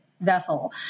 vessel